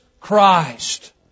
Christ